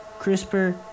CRISPR